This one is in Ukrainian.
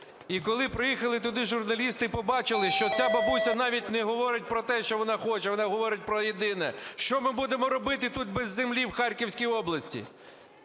І коли приїхали туди журналісти і побачили, що ця бабуся навіть не говорить про те, що вона хоче, вона говорить про єдине: що ми будемо робити тут без землі, в Харківській області?